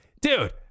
dude